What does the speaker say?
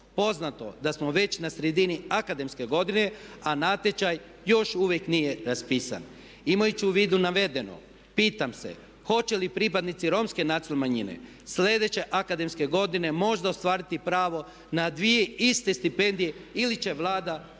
poznato da smo već na sredini akademske godine a natječaj još uvijek nije raspisan. Imajući u vidu navedeno, pitam se, hoće li pripadnici Romske nacionalne manjine sljedeće akademske godine možda ostvariti pravo na dvije iste stipendije ili će Vlada utjecati